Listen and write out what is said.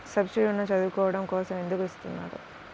Subsidy ఋణం చదువుకోవడం కోసం ఎందుకు ఇస్తున్నారు?